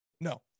no